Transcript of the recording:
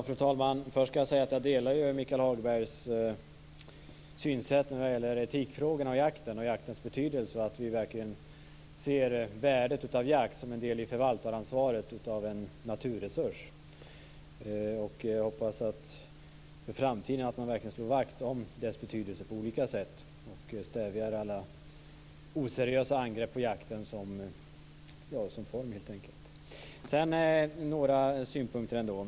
Fru talman! Först ska jag säga att jag delar Michael Hagbergs synsätt vad gäller etikfrågorna och jakten samt jaktens betydelse, så att vi verkligen ser värdet av jakt som en del i förvaltaransvaret av en naturresurs. Jag hoppas för framtiden att man verkligen slår vakt om dess betydelse på olika sätt och stävjar alla oseriösa angrepp på jakten som form. Några synpunkter ändå.